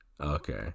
Okay